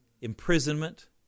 imprisonment